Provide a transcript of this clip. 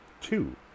two